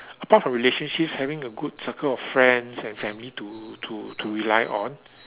apart from relationship having a good circle of friends and family to to to rely on